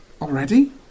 Already